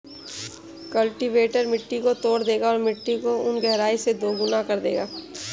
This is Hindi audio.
कल्टीवेटर मिट्टी को तोड़ देगा और मिट्टी को उन गहराई से दोगुना कर देगा